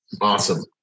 awesome